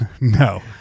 no